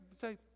say